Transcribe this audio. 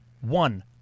One